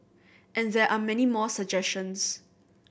and there are many more suggestions